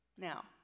Now